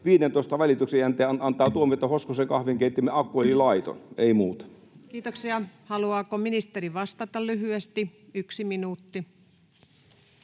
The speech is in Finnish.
15 valituksen jälkeen antaa tuomion, että Hoskosen kahvinkeittimen akku oli laiton. — Ei muuta. Kiitoksia. — Haluaako ministeri vastata lyhyesti? Yksi minuutti.